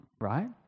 right